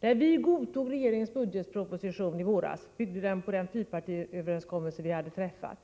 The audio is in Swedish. När vi i våras godtog regeringens budgetproposition byggde den på den fyrpartiöverenskommelse vi hade träffat.